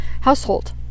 household